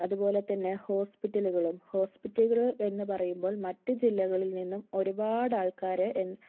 അതുപോലെ തന്നെ ഹോസ്പിറ്റലുകളും ഹോസ്പിറ്റലുകൾ എന്ന് പറയുമ്പോൾ മറ്റ് ജില്ലകളിൽ നിന്നും ഒരുപാട് ആൾക്കാര് എ